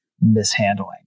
mishandling